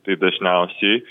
tai dažniausiai